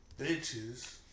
bitches